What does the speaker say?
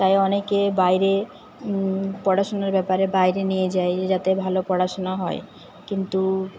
তাই অনেকে বাইরে পড়াশুনোর ব্যাপারে বাইরে নিয়ে যায় যাতে ভালো পড়াশোনা হয় কিন্তু